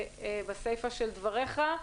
בסיפא של דבריך: